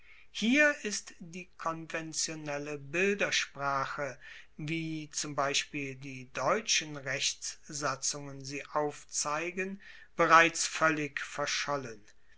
hier ist die konventionelle bildersprache wie zum beispiel die deutschen rechtssatzungen sie aufzeigen bereits voellig verschollen